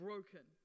Broken